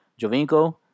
Jovinko